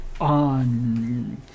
on